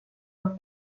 los